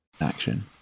action